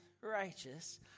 Righteous